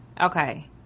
Okay